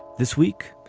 this week,